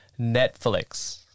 Netflix